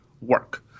work